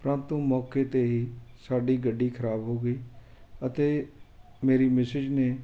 ਪਰੰਤੂ ਮੌਕੇ 'ਤੇ ਹੀ ਸਾਡੀ ਗੱਡੀ ਖਰਾਬ ਹੋ ਗਈ ਅਤੇ ਮੇਰੀ ਮਿਸਿਜ ਨੇ